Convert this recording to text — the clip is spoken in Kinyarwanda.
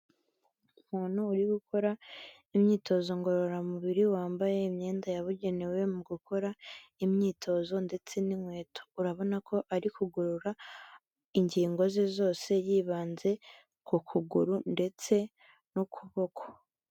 Umuntu uri gukora imyitozo ngororamubiri wambaye imyenda yabugenewe mu gukora imyitozo ndetse n'inkweto, urabona ko ari kugorora ingingo ze zose yibanze ku kuguru ndetse n'ukuboko.